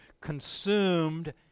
consumed